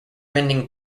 bending